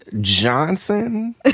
johnson